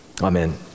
Amen